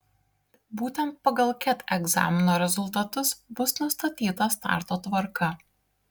būtent pagal ket egzamino rezultatus bus nustatyta starto tvarka